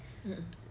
mmhmm